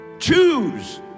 Choose